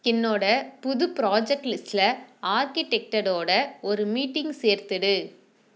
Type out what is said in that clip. என்னோடு புது புராஜெக்ட் லிஸ்ட்லில் ஆர்கிடெக்டடோடு ஒரு மீட்டிங் சேர்த்துவிடு